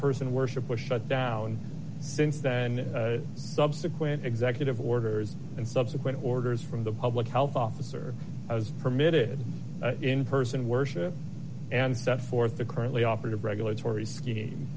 person worship was shut down since then subsequent executive orders and subsequent orders from the public health officer i was permitted in person worship and set forth the currently operative regulatory s